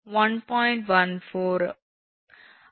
14